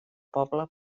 poble